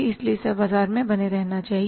इसलिए हमें बाजार में बने रहना होगा